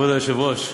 כבוד היושב-ראש,